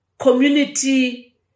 community